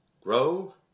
Grow